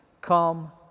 Come